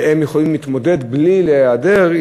והם יכולים להתמודד בלי להיעדר,